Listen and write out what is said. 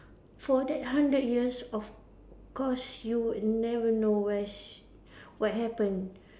for that hundred years of course you would never know where's what happened